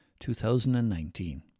2019